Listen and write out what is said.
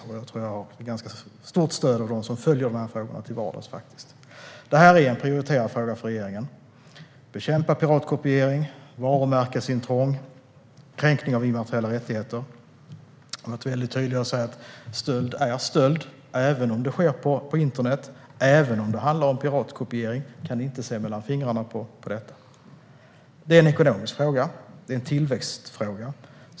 Och jag tror faktiskt att jag har ganska stort stöd av dem som följer de här frågorna till vardags. Det här är en prioriterad fråga för regeringen. Vi ska bekämpa piratkopiering, varumärkesintrång och kränkning av immateriella rättigheter. Vi har varit väldigt tydliga med att stöld är stöld, även om det sker på internet och även om det handlar om piratkopiering. Vi kan inte se mellan fingrarna på detta. Det är en ekonomisk fråga och en tillväxtfråga.